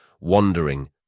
wandering